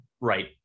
Right